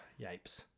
Yipes